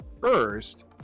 first